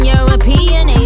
European